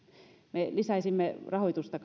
me lisäisimme rahoitusta